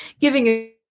giving